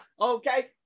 Okay